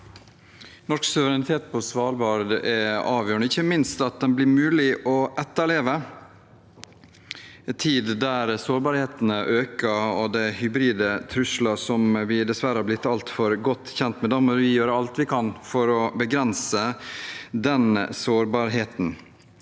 Norsk suvereni- tet på Svalbard er avgjørende, ikke minst at den blir mulig å etterleve i en tid der sårbarhetene øker og det er hybride trusler som vi dessverre er blitt altfor godt kjent med. Da må vi gjøre alt vi kan for å begrense den sårbarheten.